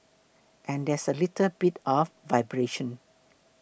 and there's a little bit of vibration